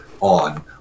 on